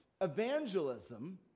evangelism